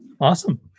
Awesome